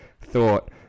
thought